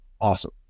Awesome